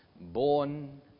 Born